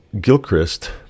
Gilchrist